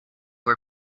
were